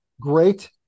great